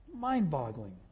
Mind-boggling